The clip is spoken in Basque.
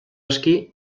aski